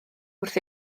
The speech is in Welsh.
wrth